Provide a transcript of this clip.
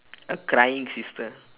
a crying sister